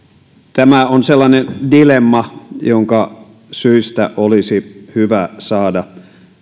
tämä on sellainen dilemma jonka syistä olisi hyvä saada